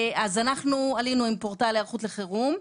אנחנו עלינו עם פורטל היערכות לחירום,